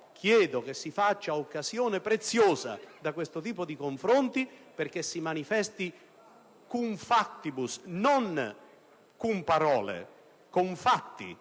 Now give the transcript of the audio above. chiedo che si faccia occasione preziosa di questo tipo di confronti perché si manifesti con i fatti e non a parole la